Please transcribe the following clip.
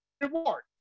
reward